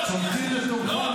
תמתין לתורך.